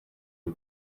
iyi